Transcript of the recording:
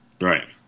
right